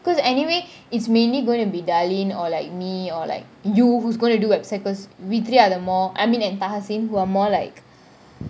because anyway it's mainly going to be darlene or like me or like you who's gonna do website because we three are the more I mean and tahasen who are more like